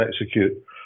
Execute